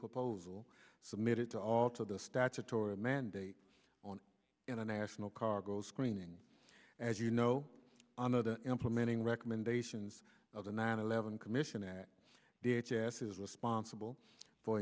proposal submitted to alter the statutory mandate on international cargo screening as you know on of the implementing recommendations of the nine eleven commission act the h s is responsible for